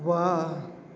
વાહ